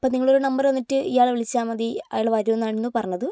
അപ്പം നിങ്ങളോട് ഒരു നമ്പർ തന്നിട്ട് ഇയാളെ വിളിച്ചാൽ മതി അയാൾ വരും എന്നായിരുന്നു പറഞ്ഞത്